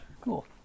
cool